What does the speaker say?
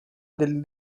del